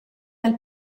dal